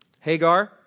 Hagar